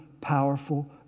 powerful